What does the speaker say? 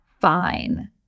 fine